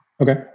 Okay